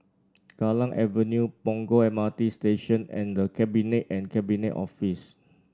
Kallang Avenue Punggol M R T Station and The Cabinet and Cabinet Office